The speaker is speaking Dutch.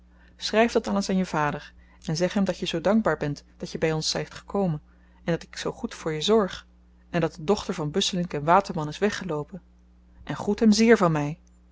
schryf dat alles aan je vader en zeg hem dat je zoo dankbaar bent dat je by ons zyt gekomen en dat ik zoo goed voor je zorg en dat de dochter van busselinck waterman is weggeloopen en groet hem zeer van my